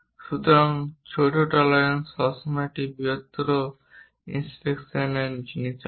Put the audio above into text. সুতরাং ছোট টলারেন্স সবসময় একটি বৃহত্তর ইন্সপেকশন জিনিস আছে